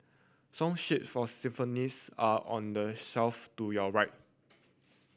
song sheet for xylophones are on the shelf to your right